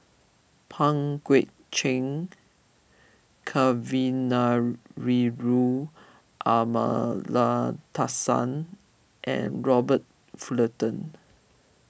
Pang Guek Cheng Kavignareru Amallathasan and Robert Fullerton